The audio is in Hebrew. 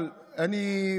אבל אני,